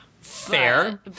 fair